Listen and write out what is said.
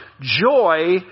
joy